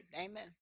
Amen